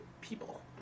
people